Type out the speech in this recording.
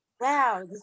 Wow